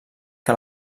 que